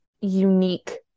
unique